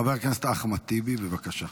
חבר הכנסת אחמד טיבי, בבקשה.